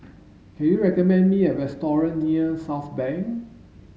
can you recommend me a restaurant near Southbank